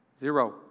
Zero